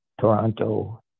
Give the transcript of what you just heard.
Toronto